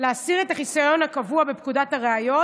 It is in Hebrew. להסיר את החיסיון הקבוע בפקודת הראיות,